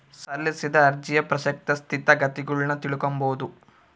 ಸಲ್ಲಿಸಿದ ಅರ್ಜಿಯ ಪ್ರಸಕ್ತ ಸ್ಥಿತಗತಿಗುಳ್ನ ತಿಳಿದುಕೊಂಬದು